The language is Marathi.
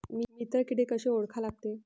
मित्र किडे कशे ओळखा लागते?